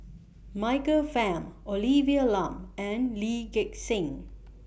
Michael Fam Olivia Lum and Lee Gek Seng